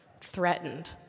threatened